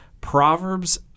Proverbs